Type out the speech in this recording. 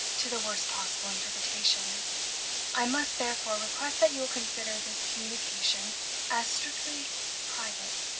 to the worst possible interpretation i must, therefore, request that you will consider this communication as strictly private.